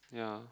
yeah